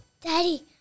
Daddy